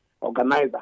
organizer